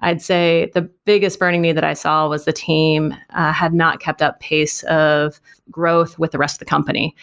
i'd say the biggest burning need that i saw was the team had not kept up pace of growth with the rest the company.